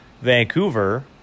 Vancouver